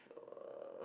uh